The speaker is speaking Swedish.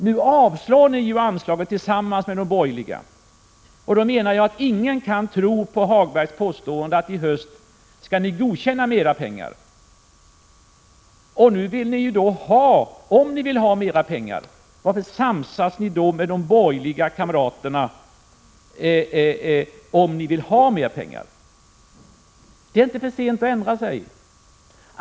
Nu avslår ni ju anslaget tillsammans med de borgerliga. Då menar jag att ingen kan tro på Hagbergs påstående att i höst skall ni godkänna mera pengar. Om ni vill ha mera pengar, varför samsas ni då med de borgerliga kamraterna? Det är inte för sent att ändra sig.